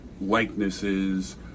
likenesses